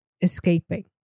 escaping